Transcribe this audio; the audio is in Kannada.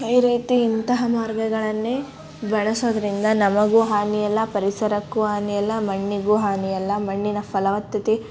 ಈ ರೀತಿ ಇಂತಹ ಮಾರ್ಗಗಳನ್ನೇ ಬಳಸೋದರಿಂದ ನಮಗೂ ಹಾನಿಯಿಲ್ಲ ಪರಿಸರಕ್ಕೂ ಹಾನಿಯಿಲ್ಲ ಮಣ್ಣಿಗೂ ಹಾನಿಯಿಲ್ಲ ಮಣ್ಣಿನ ಫಲವತ್ತತೆ